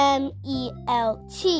melt